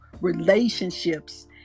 relationships